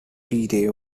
fete